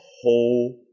whole